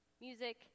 music